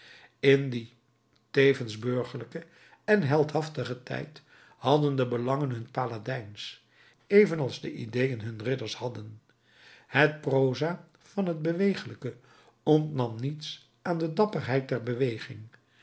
in dien tevens burgerlijken en heldhaftigen tijd hadden de belangen hun paladijns evenals de ideeën hun ridders hadden het proza van het bewegelijke ontnam niets aan de dapperheid der beweging